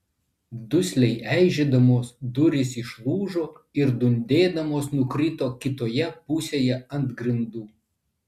dusliai eižėdamos durys išlūžo ir dundėdamos nukrito kitoje pusėje ant grindų